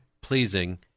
pleasing